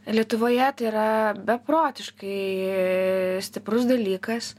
lietuvoje tai yra beprotiškai stiprus dalykas